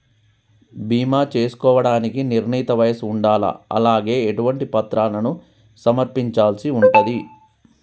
బీమా చేసుకోవడానికి నిర్ణీత వయస్సు ఉండాలా? అలాగే ఎటువంటి పత్రాలను సమర్పించాల్సి ఉంటది?